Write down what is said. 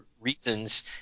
reasons